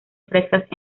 frescas